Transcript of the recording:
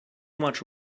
much